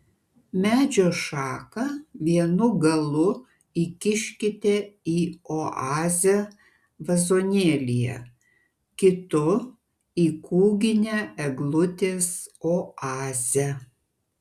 medžio šaką vienu galu įkiškite į oazę vazonėlyje kitu į kūginę eglutės oazę